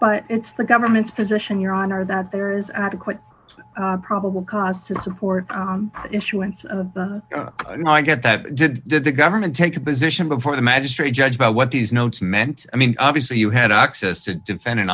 but it's the government's position your honor that there is adequate probable cause to support issuance of i get that did did the government take a position before the magistrate judge about what these notes meant i mean obviously you had access to defend in